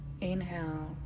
inhale